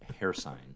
Hairsign